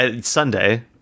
Sunday